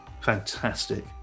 fantastic